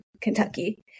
Kentucky